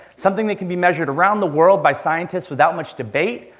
something that can be measured around the world by scientists without much debate.